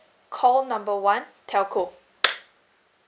call number one telco